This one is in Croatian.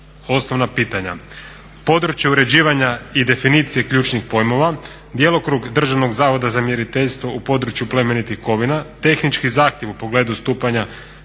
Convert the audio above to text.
osnovna pitanja: područje uređivanja i definicije ključnih pojmova, djelokrug Državnog zavoda za mjeriteljstvo u području plemenitih kovina, tehnički zahtjev u pogledu stupanja